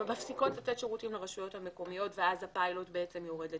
מפסיקות לתת שירותים לרשויות המקומיות ואז הפיילוט בעצם יורד לטמיון,